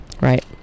Right